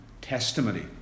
testimony